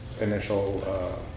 initial